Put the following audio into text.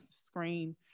screen